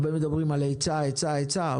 הרבה מדברים על ההיצע וההיצע,